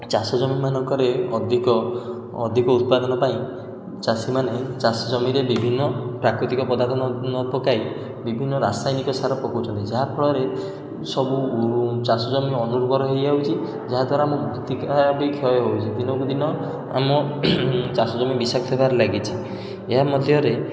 ଚାଷ ଜମିମାନଙ୍କରେ ଅଧିକ ଅଧିକ ଉତ୍ପାଦନ ପାଇଁ ଚାଷୀମାନେ ଚାଷ ଜମିରେ ବିଭିନ୍ନ ପ୍ରାକୃତିକ ପଦାର୍ଥ ନ ନପକାଇ ବିଭିନ୍ନ ରାସାଯନିକ ସାରା ପକାଉଛନ୍ତି ଯାହା ଫଳରେ ସବୁ ଚାଷ ଜମି ଅନୁର୍ବର ହେଇଯାଉଛି ଯାହାଦ୍ୱାରା ଆମ ମୃତ୍ତିକା ବି କ୍ଷୟ ହେଉଛି ଦିନକୁ ଦିନ ଆମ ଚାଷ ଜମି ବଷାକ୍ତ ହେବାରେ ଲାଗିଛି ଏହା ମଧ୍ୟରେ